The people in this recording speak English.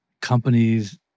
companies